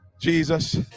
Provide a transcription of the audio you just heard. Jesus